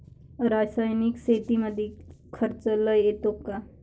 रासायनिक शेतीमंदी खर्च लई येतो का?